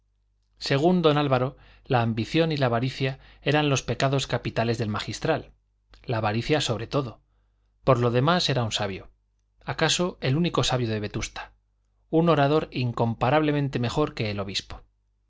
según don álvaro la ambición y la avaricia eran los pecados capitales del magistral la avaricia sobre todo por lo demás era un sabio acaso el único sabio de vetusta un orador incomparablemente mejor que el obispo no